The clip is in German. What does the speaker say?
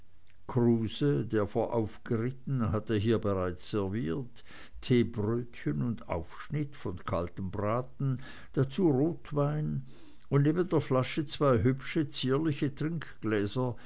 kruse der voraufgeritten hatte hier bereits serviert teebrötchen und aufschnitt von kaltem braten dazu rotwein und neben der flasche zwei hübsche zierliche trinkgläser